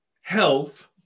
health